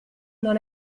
non